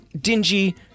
dingy